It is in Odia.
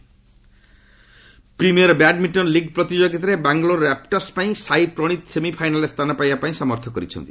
premier badminton premier badminton league ପ୍ରତିଯୋଗିତାରେ ବାଙ୍ଗାଲୋର ରାପଟର୍ସ ପାଇଁ ସାଇ ପ୍ରଣିତ ସେମିଫାଇନାଲ୍ରେ ସ୍ଥାନ ପାଇବା ପାଇଁ ସମର୍ଥ କରିଛନ୍ତି